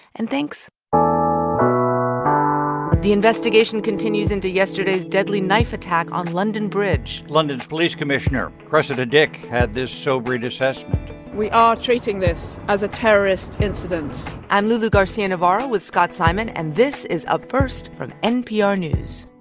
and thanks ah the investigation continues into yesterday's deadly knife attack on london bridge london's police commissioner, cressida dick, had this sobering assessment we are treating this as a terrorist incident i'm lulu garcia-navarro with scott simon. and this is up first from npr news